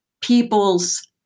people's